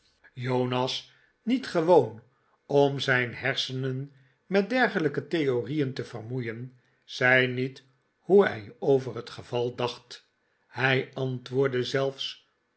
jonas niet gewoon om zijn hersenen met dergelijke theorieen te vermoeien zei niet hoe hij over het geval dacht hij antwoordde zelfs